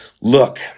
Look